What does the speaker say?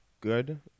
good